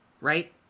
Right